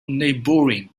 neighbouring